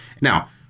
Now